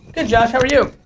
good josh. how are you?